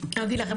אני אגיד לכם,